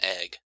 egg